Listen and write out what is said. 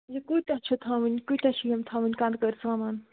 یہِ کوٗتاہ چھِ تھاوٕنۍ کۭتیاہ چھِ یِم تھاوٕنۍ کَنٛدکٔر سامان